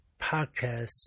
podcast